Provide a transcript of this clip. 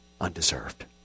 undeserved